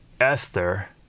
Esther